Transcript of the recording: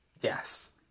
Yes